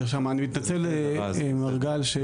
אני מתנצל מר גל,